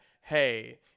hey